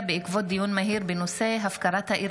בעקבות דיון מהיר בהצעתם של חברי הכנסת אלמוג כהן ונאור